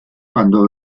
quando